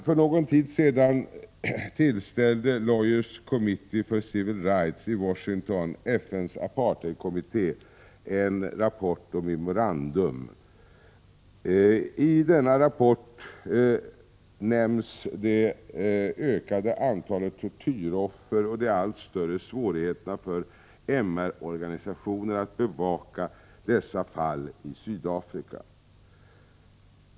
För någon tid sedan tillställde Lawyers” Committee for Civil Rights i Washington FN:s apartheidkommitté en rapport och ett memorandum. I denna rapport nämns det ökande antalet tortyroffer och de allt större svårigheterna för MR-organisationer att bevaka dessa fall i Sydafrika.